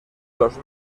los